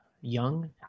young